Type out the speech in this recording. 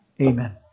Amen